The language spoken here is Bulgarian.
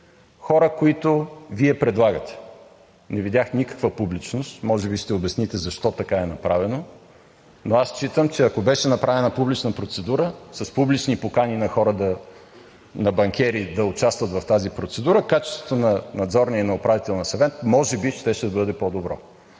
хора, които Вие предлагате. Не видях никаква публичност. Може би ще обясните защо така е направено, но аз считам, че ако беше направена публична процедура, с публични покани на хора – на банкери, да участват в тази процедура, качеството на Надзорния и на Управителния съвет може би щеше да бъде по-добро.